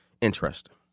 interesting